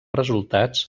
resultats